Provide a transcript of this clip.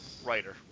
writer